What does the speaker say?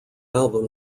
album